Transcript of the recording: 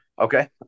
Okay